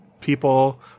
people